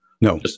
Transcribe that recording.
No